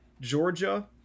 Georgia